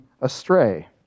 astray